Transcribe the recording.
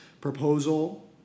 proposal